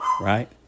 Right